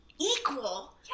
equal